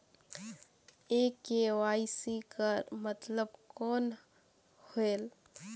ये के.वाई.सी कर मतलब कौन होएल?